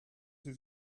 sie